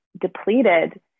depleted